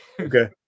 Okay